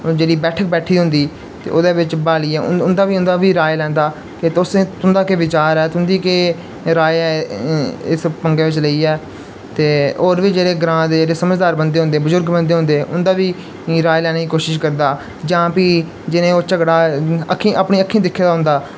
जेह्ड़ी बैठक बैठी दी होंदी ते ओह्दे बिच्च बाहलियै उं'दा बी उं'दा बी राए लैंदा कि तुस तुंदा केह् बचार ऐ तुं'दी केह् राए ऐ इस पंगे बिच्च लेइयै ते होर बी जेह्ड़े ग्रांऽ दे जेह्ड़े समझदार बंदे होंदे बजुर्ग बंदे होंदे उं'दा बी राए लैने दी कोशश करदा जां फ्ही जिनें ओह् झगड़ा अक्खीं अपनी अक्खीं दिक्खे दा होंदा